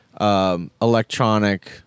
electronic